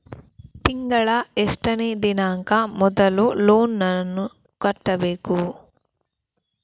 ತಿಂಗಳ ಎಷ್ಟನೇ ದಿನಾಂಕ ಮೊದಲು ಲೋನ್ ನನ್ನ ಕಟ್ಟಬೇಕು?